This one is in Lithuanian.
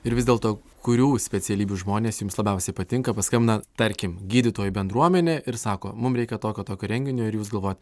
ir vis dėlto kurių specialybių žmonės jums labiausiai patinka paskambina tarkim gydytojų bendruomenė ir sako mum reikia tokio tokio renginio ir jūs galvojat